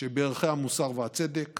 שבערכי המוסר והצדק